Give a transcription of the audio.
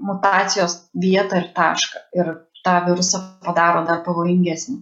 mutacijos vietą ir tašką ir tą virusą padaro dar pavojingesnį